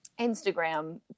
Instagram